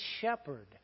shepherd